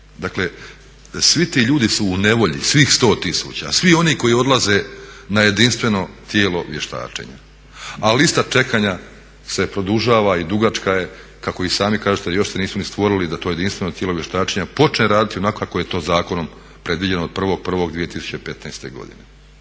Dakle svi ti ljudi su u nevolji, svih 100 tisuća, svi oni koji odlaze na jedinstveno tijelo vještačenja a lista čekanja se produžava i dugačka je, kako i sami kažete još se nisu ni stvorili da to jedinstveno tijelo vještačenja počne raditi onako kako je to zakonom predviđeno od 1.1.2015. godine.